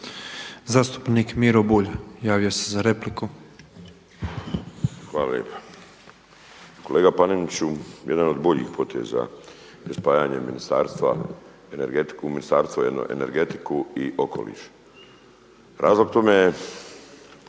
Zastupnik Miro Bulj, javio se za repliku. **Bulj, Miro (MOST)** Hvala lijepa. Kolega Paneniću, jedan od boljih poteza je spajanje ministarstva, energetiku, u Ministarstvo energetike i okoliša. Razlog tome